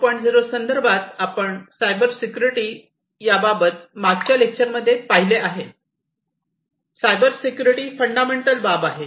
0 संदर्भात आपण cyber security याबाबत मागच्या लेक्चर मध्ये पाहिले आहे सायबर सिक्युरिटी फंडामेंटल बाब आहे